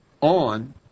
on